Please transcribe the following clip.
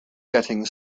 getting